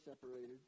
separated